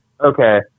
Okay